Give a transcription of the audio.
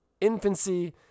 infancy